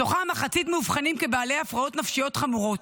מתוכם מחצית מאובחנים כבעלי הפרעות נפשיות חמורות.